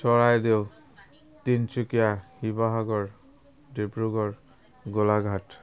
Charaideo Tinsukia Sivasagar Dibrugarh Golaghat